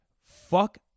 fuck